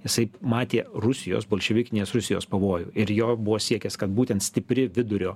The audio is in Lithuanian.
jisai matė rusijos bolševikinės rusijos pavojų ir jo buvo siekęs kad būtent stipri vidurio